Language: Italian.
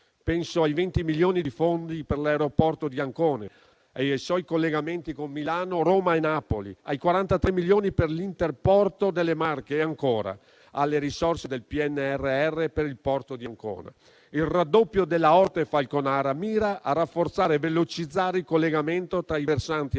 penso ai 20 milioni di fondi per l'aeroporto di Ancona e i suoi collegamenti con Milano, Roma e Napoli; ai 43 milioni per l'interporto delle Marche e, ancora, alle risorse del PNRR per il porto di Ancona. Il raddoppio della Orte-Falconara mira a rafforzare e velocizzare il collegamento tra i versanti Adriatico